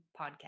Podcast